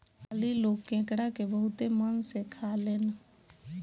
बंगाली लोग केकड़ा के बहुते मन से खालेन